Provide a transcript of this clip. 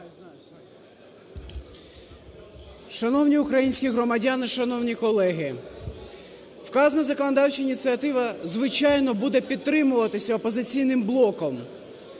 Шановні українські громадяни! Шановні колеги! Вказана законодавча ініціатива, звичайно, буде підтримуватися "Опозиційним блоком".